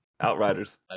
Outriders